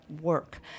work